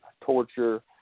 torture